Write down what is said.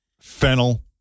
Fennel